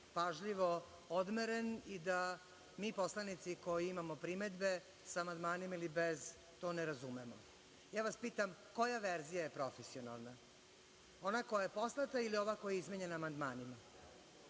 pažljivo odmeren i da mi, poslanici koji imamo primedbe, sa amandmanima ili bez, to ne razumemo. Ja vas pitam koja verzija je profesionalna, ona koja je poslata ili ova koja je izmenjena amandmanima,